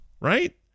right